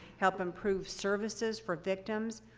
help improve services for victims,